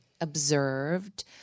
observed